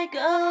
go